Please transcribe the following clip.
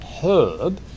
herb